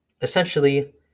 essentially